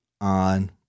on